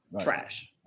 trash